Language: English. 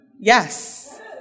Yes